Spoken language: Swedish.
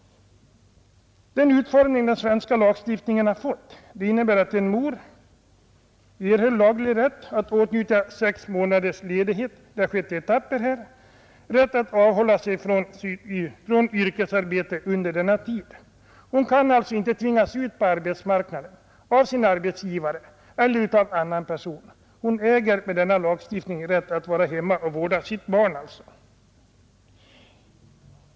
Den utformning som den svenska lagstiftningen har fått innebär att en mor erhållit laglig rätt att åtnjuta sex månaders ledighet — det har skett i etapper — dvs, rätt att avhålla sig från yrkesarbete under denna tid. Hon kan alltså inte tvingas ut på arbetsmarknaden av sin arbetsgivare eller av annan person, Hon äger enligt denna lagstiftning rätt att vara hemma och vårda sitt barn.